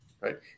right